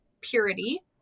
purity